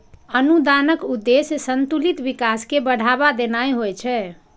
अनुदानक उद्देश्य संतुलित विकास कें बढ़ावा देनाय होइ छै